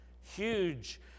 huge